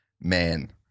man